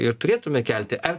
ir turėtume kelti ar